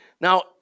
Now